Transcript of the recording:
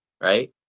right